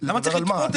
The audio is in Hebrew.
למה צריך לדחות?